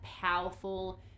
powerful